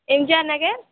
MGR Nagar